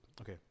Okay